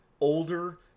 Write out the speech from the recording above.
older